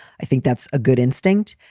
i think that's a good instinct.